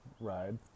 ride